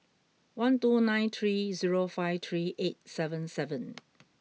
one two nine three zero five three eight seven seven